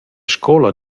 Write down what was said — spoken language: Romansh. scoula